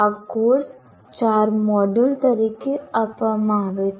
આ કોર્સ ચાર મોડ્યુલતરીકે આપવામાં આવે છે